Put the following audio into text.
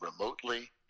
remotely